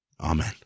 Amen